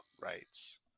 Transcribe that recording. rights